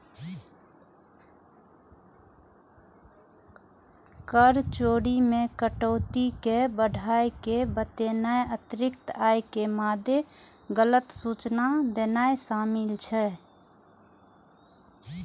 कर चोरी मे कटौती कें बढ़ाय के बतेनाय, अतिरिक्त आय के मादे गलत सूचना देनाय शामिल छै